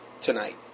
tonight